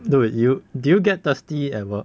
dude you do you get thirsty at work